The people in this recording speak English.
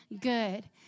good